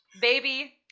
baby